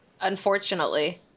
Unfortunately